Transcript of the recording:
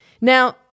Now